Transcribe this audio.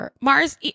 Mars